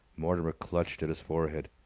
mortimer clutched at his forehead.